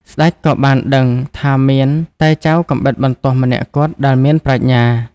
ស្ដេចក៏បានដឹងថាមានតែចៅកាំបិតបន្ទោះម្នាក់គត់ដែលមានប្រាជ្ញា។